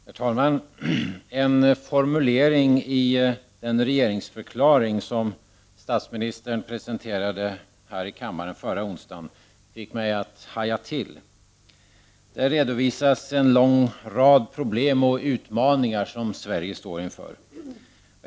Herr talman! En formulering i den regeringsförklaring, som statsministern presenterade här i kammaren förra onsdagen fick mig att haja till. Där redovisas en lång rad problem och utmaningar Sverige står inför.